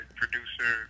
producer